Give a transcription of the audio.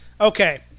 Okay